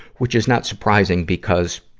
which is not surprising because,